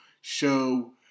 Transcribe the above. show